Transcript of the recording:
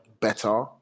better